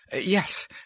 Yes